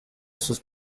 sus